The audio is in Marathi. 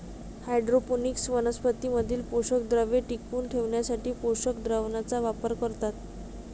हायड्रोपोनिक्स वनस्पतीं मधील पोषकद्रव्ये टिकवून ठेवण्यासाठी पोषक द्रावणाचा वापर करतात